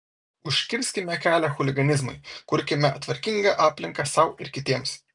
užkirskime kelią chuliganizmui kurkime tvarkingą aplinką sau ir kitiems